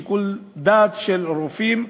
שיקול דעת של רופאים,